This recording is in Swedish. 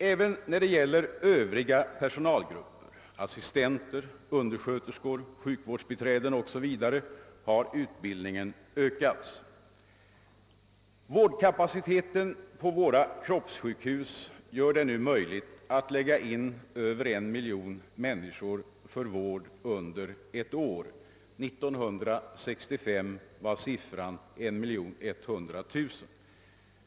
Även när det gäller övriga personalgrupper, assistenter, undersköterskor, sjukvårdsbiträden o. s. v., har utbildningen ökats. Vårdkapaciteten på våra kroppssjukhus gör det nu möjligt att lägga in över en miljon människor för vård under ett år. 1965 var siffran 1100 000.